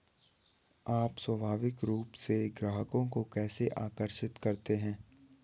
आप स्वाभाविक रूप से ग्राहकों को कैसे आकर्षित करते हैं?